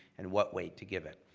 and what weight to give it.